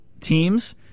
teams